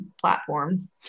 platform